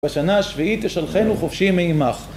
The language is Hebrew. בשנה השביעית יש עלכנו חופשי מיימך